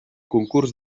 concurs